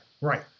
Right